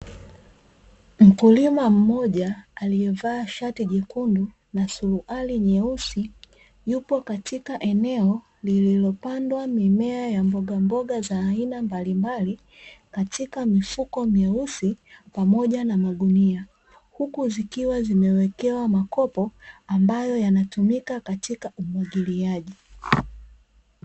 Mkulima mmoja aliyevaa shati jekundu na suruali nyeusi yupo katika eneo lililopandwa mimea ya mbogamboga za aina mbalimbali katika mifuko mieusi pamoja na magunia, huku zikiwa zimewekewa makopo, ambayo yanatumika katika umwagiliaji.